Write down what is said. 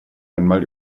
einmal